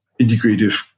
integrative